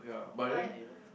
why